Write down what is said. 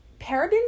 parabens